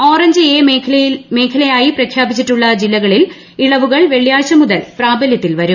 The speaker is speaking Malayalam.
ഓറഞ്ച് എ മേഖലയായി പ്രഖ്യാപിച്ചിട്ടുള്ള ജില്ലകളിൽ ഇളവുകൾ വെള്ളിയാഴ്ച മുതൽ പ്രാബല്യത്തിൽ വരും